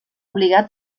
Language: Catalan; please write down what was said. obligar